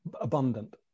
abundant